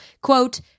Quote –